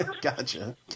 Gotcha